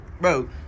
bro